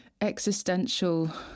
existential